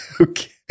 Okay